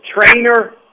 trainer